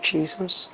Jesus